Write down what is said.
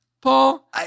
Paul